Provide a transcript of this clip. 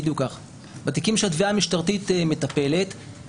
בתיקים שהתביעה המשטרתית מטפלת.